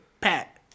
Pat